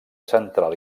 central